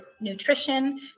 nutrition